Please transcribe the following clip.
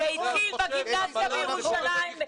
זה התחיל בגימנסיה בירושלים.